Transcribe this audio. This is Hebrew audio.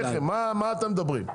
בחייכם, מה אתם מדברים?